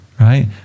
right